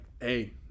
hey